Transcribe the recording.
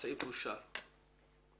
הצבעה בעד סעיף 6 פה אחד סעיף 6 נתקבל.